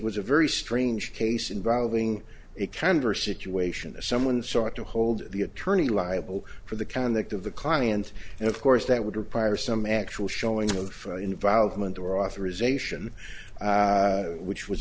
was a very strange case involving a kinder situation that someone sought to hold the attorney liable for the conduct of the client and of course that would require some actual showing of involvement or authorization which was